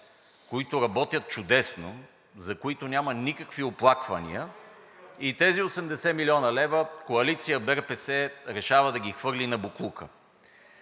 които работят чудесно, за които няма никакви оплаквания, и тези 80 млн. лв. коалиция БЕРПС решава да ги хвърли на боклука.